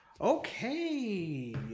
Okay